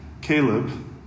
Caleb